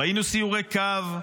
ראינו סיורי קו.